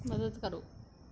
ਮਦਦ ਕਰੋ